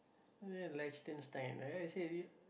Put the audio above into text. Liechtenstein